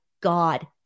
god